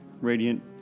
radiant